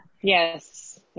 Yes